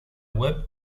webb